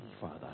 Father